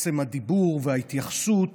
עצם הדיבור וההתייחסות